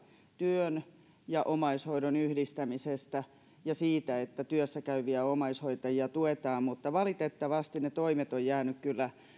työn ja omaishoidon yhdistämisestä ja siitä että työssä käyviä omaishoitajia tuetaan mutta valitettavasti ne toimet ovat